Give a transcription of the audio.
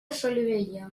solivella